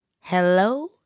Hello